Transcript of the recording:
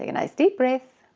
ah nice deep breath.